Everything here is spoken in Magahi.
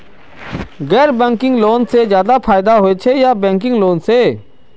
गैर बैंकिंग लोन से ज्यादा फायदा होचे या बैंकिंग लोन से?